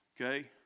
Okay